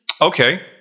Okay